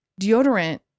deodorant